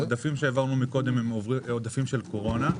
העודפים שהעברנו קודם הם עודפים של קורונה,